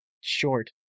short